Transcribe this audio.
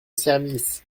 service